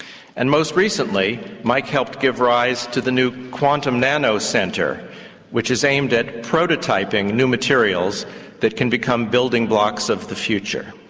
and most recently mike helped give rise to the new quantum nano centre which is aimed at prototyping new materials that can become the building blocks of the future.